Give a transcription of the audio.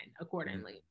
accordingly